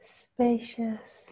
spacious